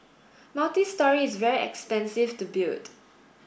multi story is very expensive to build